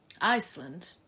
iceland